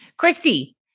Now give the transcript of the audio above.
Christy